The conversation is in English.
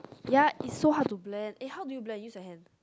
ya it's so hard to blend eh how do you blend use your hand